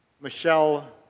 Michelle